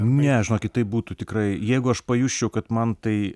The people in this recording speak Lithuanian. ne žinokit tai būtų tikrai jeigu aš pajusčiau kad man tai